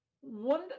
One